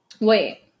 Wait